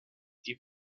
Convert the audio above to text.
die